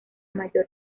mayor